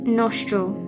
nostril